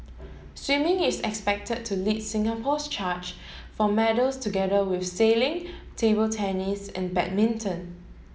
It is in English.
swimming is expected to lead Singapore's charge for medals together with sailing table tennis and badminton